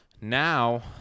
Now